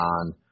on